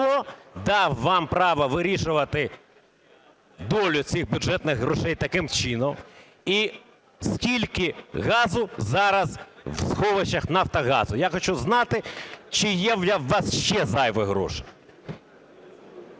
Хто дав вам право вирішувати долю цих бюджетних грошей таким чином? І скільки газу зараз в сховищах Нафтогазу? Я хочу знати, чи є у вас ще зайві гроші?